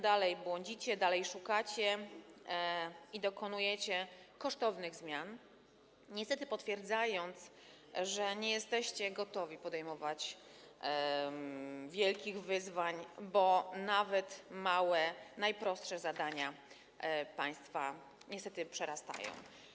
Dalej błądzicie, dalej szukacie i dokonujecie kosztownych zmian, niestety potwierdzając, że nie jesteście gotowi podejmować wielkich wyzwań, bo nawet małe, najprostsze zadania niestety państwa przerastają.